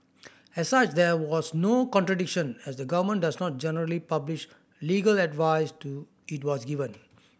as such there was no contradiction as the government does not generally publish legal advice to it was given